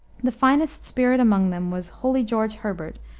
the finest spirit among them was holy george herbert,